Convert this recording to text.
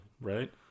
right